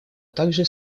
также